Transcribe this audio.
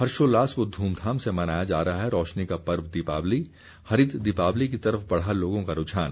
हर्षोल्लास व धूमधाम से मनाया जा रहा है रौशनी का पर्व दीपावली हरित दीपावली की तरफ बढ़ा लोगों का रूझान